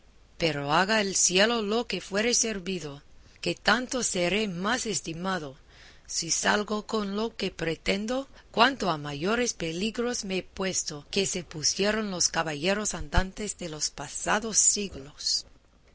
pero haga el cielo lo que fuere servido que tanto seré más estimado si salgo con lo que pretendo cuanto a mayores peligros me he puesto que se pusieron los caballeros andantes de los pasados siglos